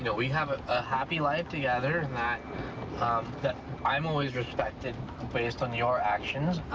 but we have a happy life together and that um that i'm always respected based on your actions.